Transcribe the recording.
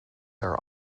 are